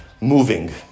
moving